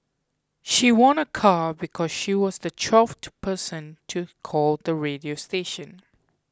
she won a car because she was the twelfth person to call the radio station